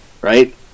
right